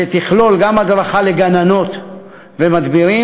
שתכלול גם הדרכה לגננות ומדבירים,